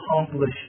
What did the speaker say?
accomplish